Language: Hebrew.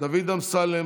דוד אמסלם,